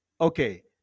Okay